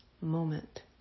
moment